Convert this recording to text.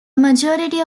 majority